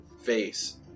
face